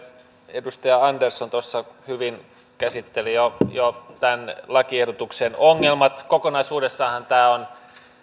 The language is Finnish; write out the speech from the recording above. edustaja andersson tuossa hyvin käsitteli jo jo tämän lakiehdotuksen ongelmat kokonaisuudessaanhan tämä on